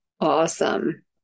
Awesome